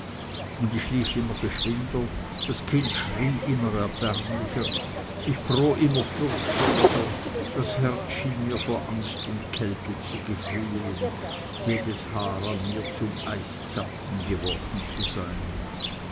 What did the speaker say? und ich lief immer geschwinder das kind schrie immer erbärmlicher ich fror immer fürchterlicher das herz schien mir vor angst und kälte zu gefrieren jedes haar an mir zum eiszapfen geworden zu sein